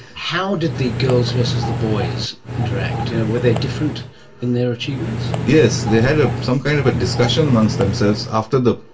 how did the girls versus the boys interact? you know, were they different in their achievements? yes, they had ah some kind of a discussion amongst themselves after, you